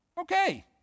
Okay